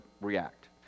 react